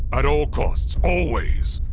at all costs! always!